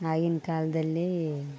ಆಗಿನ ಕಾಲದಲ್ಲೀ